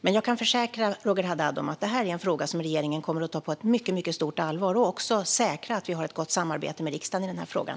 Men jag kan försäkra Roger Haddad om att det här är en fråga som regeringen kommer att ta på mycket stort allvar och att vi också säkrar att vi har ett gott samarbete med riksdagen i frågan.